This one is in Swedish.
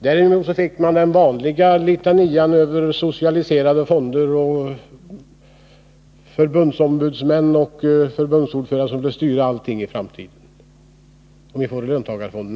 Däremot fick vi höra den vanliga litanian om socialiserade fonder och om hur förbundsombudsmän och förbundsordförande skulle styra allting i framtiden om vi genomför ett system med löntagarfonder.